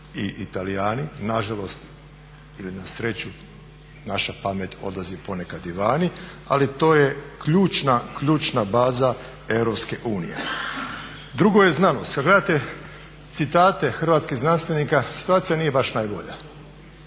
i Talijani. Nažalost ili na sreću, naša pamet odlazi ponekad i vani, ali to je ključna ključna baza Europske unije. Drugo je znanost. Kad gledate citate hrvatskih znanstvenika, situacija nije baš najbolja